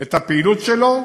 את הפעילות שלו.